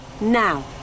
Now